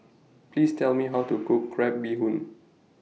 Please Tell Me How to Cook Crab Bee Hoon